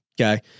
Okay